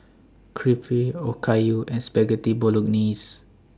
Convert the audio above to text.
Crepe Okayu and Spaghetti Bolognese